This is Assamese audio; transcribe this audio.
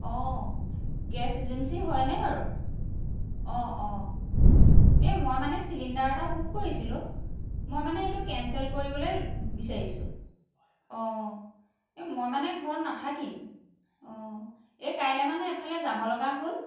অঁ গেছ এজেঞ্চি হয়নে বাৰু অঁ অঁ এই মই মানে চিলিণ্ডাৰ এটা বুক কৰিছিলোঁ মই মানে এইটো কেঞ্চেল কৰিবলৈ বিচাৰিছোঁ অঁ এই মই মানে ঘৰত নাথাকিম অঁ এই কাইলৈ মানে এফালে যাব লগা হ'ল